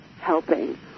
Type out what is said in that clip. helping